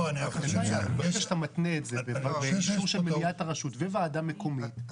ברגע שאתה מתנה את זה באישור של מליאת הרשות וועדה מקומית,